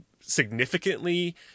significantly